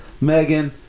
Megan